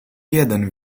jeden